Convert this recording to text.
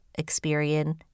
Experian